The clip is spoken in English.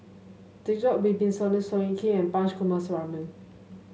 Djoko Wibisono Seow Yit Kin Punch Coomaraswamy